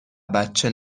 بچه